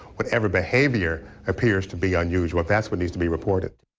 whatever behavior appears to be unusual, that's what needs to be reported.